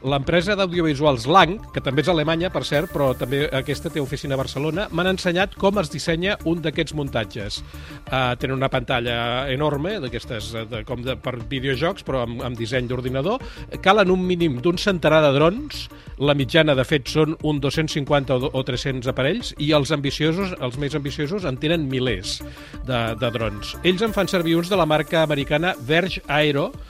L'empresa d'audiovisuals Lang, que també és alemanya, per cert, però també aquesta té oficina a Barcelona, m'han ensenyat com es dissenya un d'aquests muntatges. Ah, tenen una pantalla enorme, d'aquestes, eh, de- com de- per videojocs, però amb- amb disseny d'ordinador. Calen un mínim d'un centenar de drons, la mitjana, de fet, són un 250 o 300 aparells, i els ambiciosos- els més ambiciosos en tenen milers de- de drons. Ells en fan servir uns de la marca americana Verge Aero,